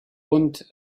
und